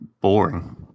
boring